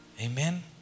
Amen